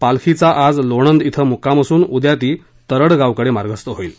पालखीचा आज लोणंदला मुक्काम असून उद्या ती तरडगावकडे मार्गस्थ होईल